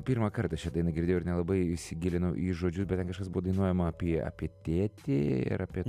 pirmą kartą šią dainą girdėjau ir nelabai įsigilinau į žodžius bet ten kažkas buvo dainuojama apie apie tėtį ir apie